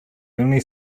only